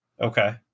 Okay